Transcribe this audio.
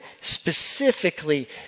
specifically